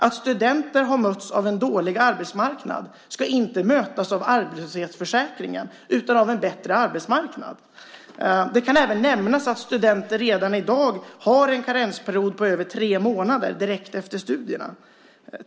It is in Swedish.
Att studenter har mötts av en dålig arbetsmarknad ska inte mötas av arbetslöshetsförsäkringen utan av en bättre arbetsmarknad. Det kan även nämnas att studenter redan i dag har en karensperiod på över tre månader direkt efter studierna.